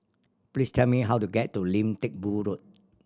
please tell me how to get to Lim Teck Boo Road